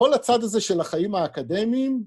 ‫כל הצד הזה של החיים האקדמיים.